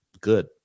good